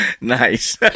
Nice